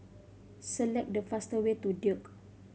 select the fastest way to Duke